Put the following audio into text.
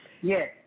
Yes